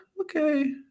Okay